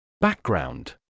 Background